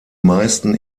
meisten